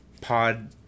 pod